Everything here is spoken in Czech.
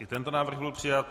I tento návrh byl přijat.